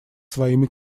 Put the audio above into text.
своими